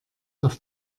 auf